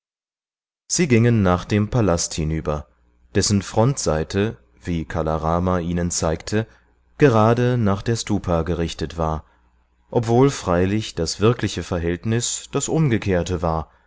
sie gingen nach dem palast hinüber dessen frontseite wie kala rama ihnen zeigte gerade nach der stupa gerichtet war obwohl freilich das wirkliche verhältnis das umgekehrte war